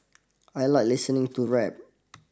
I like listening to rap